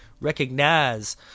Recognize